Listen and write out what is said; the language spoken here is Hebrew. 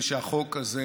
מפני שהחוק הזה,